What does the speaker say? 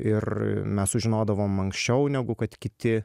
ir mes sužinodavom anksčiau negu kad kiti